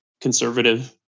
conservative